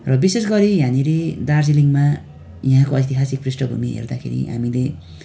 र विशेषगरी यहाँनिर दार्जिलिङमा यहाँको ऐतिहासिक पृष्ठभूमि हेर्दाखेरि हामीले